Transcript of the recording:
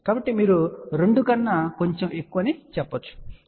కాబట్టి మీరు 2 కన్నా కొంచెం ఎక్కువని చెప్పగలరు" సరే